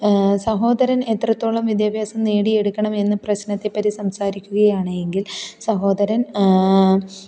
സഹോദരന് എത്രത്തോളം വിദ്യാഭ്യാസം നേടിയെടുക്കണമെന്ന പ്രശ്നത്തെപ്പറ്റി സംസാരിക്കുകയാണ് എങ്കില് സഹോദരന്